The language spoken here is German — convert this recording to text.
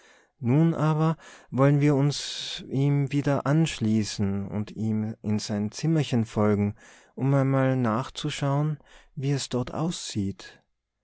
nun aber wollen wir uns ihm wieder anschließen und ihm in sein zimmerchen folgen um einmal nachzuschauen wie es dort aussieht